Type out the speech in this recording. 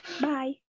Bye